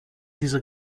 diese